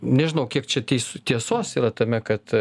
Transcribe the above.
nežinau kiek čia teis tiesos yra tame kad